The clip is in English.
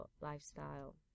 Lifestyle